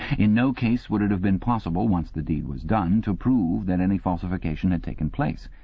in no case would it have been possible, once the deed was done, to prove that any falsification had taken place.